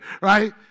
right